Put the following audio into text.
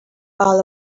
all